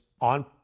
on